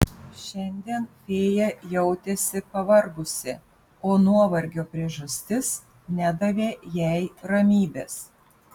šiandien fėja jautėsi pavargusi o nuovargio priežastis nedavė jai ramybės